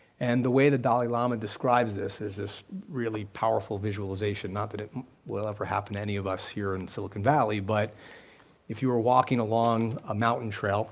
and the way the dalai lama describes this is this really powerful visualization, not that it will ever happen to any of us here in silicon valley, but if you were walking along a mountain trail